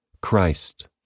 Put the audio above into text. Christ